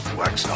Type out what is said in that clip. wax